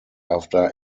after